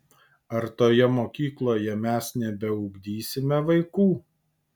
ar toje mokykloje mes nebeugdysime vaikų